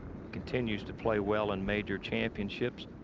continues to play well in major championships.